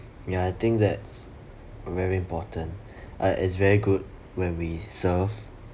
ya I think that's very important uh it's very good when we serve